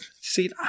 See